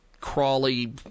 crawly